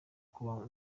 kuba